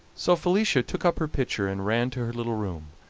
so felicia took up her pitcher and ran to her little room,